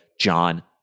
John